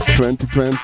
2020